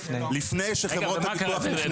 לפני שחברות הביטוח נכנסו.